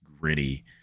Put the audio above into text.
gritty